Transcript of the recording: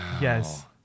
Yes